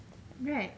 right